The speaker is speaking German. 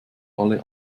alle